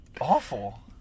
awful